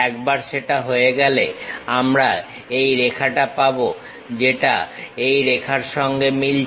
একবার সেটা হয়ে গেলে আমরা এই রেখাটা পাবো যেটা এই রেখার সঙ্গে মিলছে